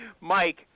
Mike